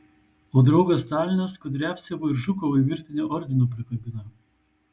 o draugas stalinas kudriavcevui ir žukovui virtinę ordinų prikabina